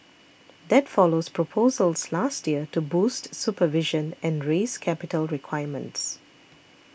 that follows proposals last year to boost supervision and raise capital requirements